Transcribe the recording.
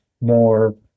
more